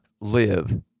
live